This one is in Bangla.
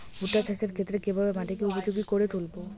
ভুট্টা চাষের ক্ষেত্রে কিভাবে মাটিকে উপযোগী করে তুলবো?